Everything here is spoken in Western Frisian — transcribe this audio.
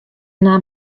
naam